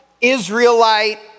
Israelite